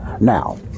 Now